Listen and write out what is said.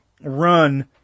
run